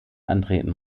antreten